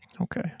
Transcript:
Okay